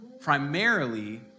primarily